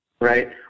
right